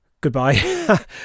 goodbye